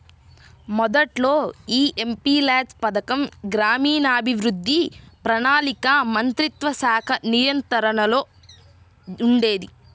మొదట్లో యీ ఎంపీల్యాడ్స్ పథకం గ్రామీణాభివృద్ధి, ప్రణాళికా మంత్రిత్వశాఖ నియంత్రణలో ఉండేది